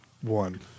one